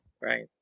Right